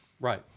Right